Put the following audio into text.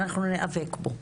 אנחנו ניאבק בו,